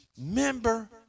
member